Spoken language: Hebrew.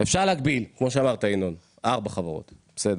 אפשר להגביל כמו שאמרת ינון, ארבע חברות בסדר,